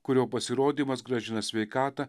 kurio pasirodymas grąžina sveikatą